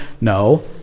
No